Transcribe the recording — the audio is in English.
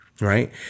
right